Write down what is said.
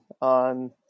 on